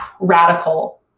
radical